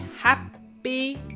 happy